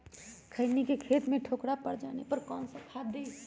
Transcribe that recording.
खैनी के खेत में ठोकरा पर जाने पर कौन सा खाद दी?